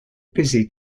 busy